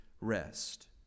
Rest